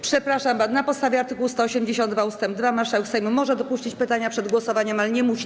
Przepraszam, na podstawie art. 182 ust. 2 marszałek Sejmu może dopuścić pytania przed głosowaniem, ale nie musi.